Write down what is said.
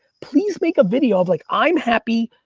please make a video of like, i'm happy,